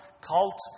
cult